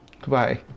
Goodbye